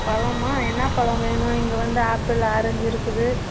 பழம்மா என்னா பழம் வேணும் இங்கே வந்து ஆப்பிள் ஆரஞ்ச் இருக்குது